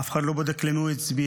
אף אחד לא בודק למי הוא הצביע,